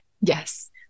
Yes